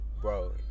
bro